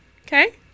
Okay